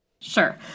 Sure